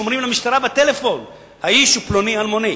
אומרים למשטרה בטלפון שהאיש הוא פלוני אלמוני.